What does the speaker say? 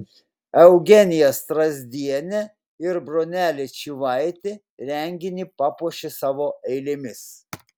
eugenija strazdienė ir bronelė čyvaitė renginį papuošė savo eilėmis